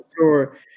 sure